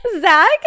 Zach